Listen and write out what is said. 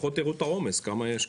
לפחות תראו את העומס, כמה יש.